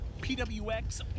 PWX